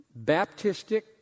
Baptistic